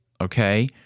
okay